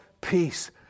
peace